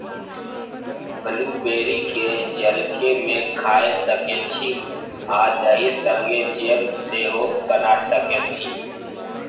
blueberry केँ जलखै मे खाए सकै छी आ दही संगै जैम सेहो बना सकै छी